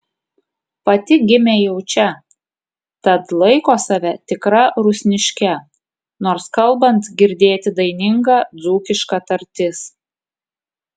pati gimė jau čia tad laiko save tikra rusniške nors kalbant girdėti daininga dzūkiška tartis